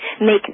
Make